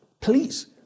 please